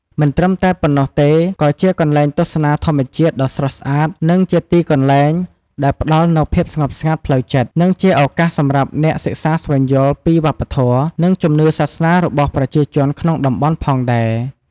មិនត្រឹមតែប៉ុណ្ណោះទេក៏ជាកន្លែងទស្សនាធម្មជាតិដ៏ស្រស់ស្អាតនឹងជាទីកន្លែងដែលផ្តល់នូវភាពស្ងប់ស្ងាត់ផ្លូវចិត្ត និងជាឱកាសសម្រាប់អ្នកសិក្សាស្វែងយល់ពីវប្បធម៌ និងជំនឿសាសនារបស់ប្រជាជនក្នុងតំបន់ផងដែរ ។